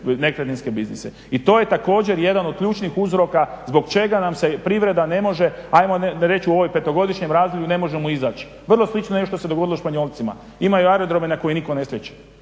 nekretninske biznise. I to je također jedan od ključnih uzroka zbog čega nam se privreda ne može, ajmo reći u ovom 5-godišnjem razdoblju, ne možemo izaći. Vrlo slično nešto se dogodilo Španjolcima. Imaju aerodrome na koje nitko ne slijeće.